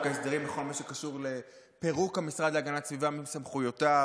ההסדרים בכל מה שקשור לפירוק המשרד להגנת הסביבה מסמכויותיו,